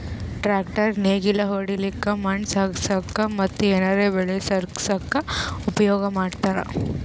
tractor ನೇಗಿಲ್ ಹೊಡ್ಲಿಕ್ಕ್ ಮಣ್ಣ್ ಸಾಗಸಕ್ಕ ಮತ್ತ್ ಏನರೆ ಬೆಳಿ ಸಾಗಸಕ್ಕ್ ಉಪಯೋಗ್ ಮಾಡ್ತಾರ್